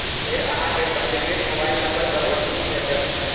फेर अहां कें पंजीकृत मोबाइल नंबर पर ओ.टी.पी भेटत